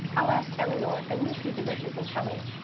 i'll ask eleanor and you see the riches and helen.